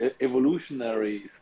evolutionary